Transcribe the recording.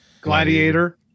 Gladiator